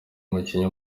umukinnyi